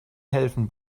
helfen